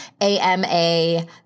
AMA